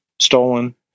stolen